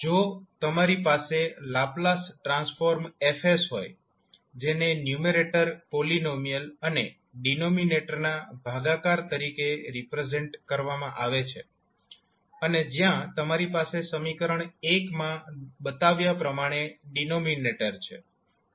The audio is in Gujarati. જો તમારી પાસે લાપ્લાસ ટ્રાન્સફોર્મ F હોય જેને ન્યૂમેરેટર પોલીનોમિયલ અને ડિનોમિનેટરના ભાગાકાર તરીકે રિપ્રેઝેન્ટ કરવામાં આવે છે અને જ્યાં તમારી પાસે સમીકરણ માં બતાવ્યા પ્રમાણે ડિનોમિનેટર છે